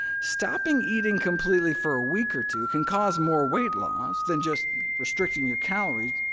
stopping eating completely for a week or two can cause more weight loss than just restricting your calories,